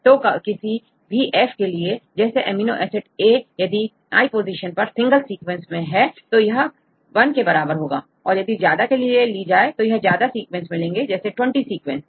तो किसी भीF के लिए जैसे अमीनो एसिडA यदि I पोजीशन पर सिंगल सीक्वेंस मैं है तो यह1 के बराबर होगी और यदि ज्यादा के लिए ली जाए तो ज्यादा सीक्वेंस मिलेंगे जैसे20 सीक्वेंसेस